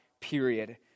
period